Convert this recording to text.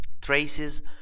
Traces